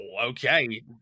okay